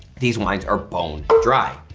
these wines are bone dry.